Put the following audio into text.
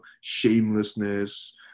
shamelessness